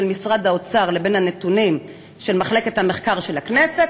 משרד האוצר לבין הנתונים של מחלקת המחקר של הכנסת,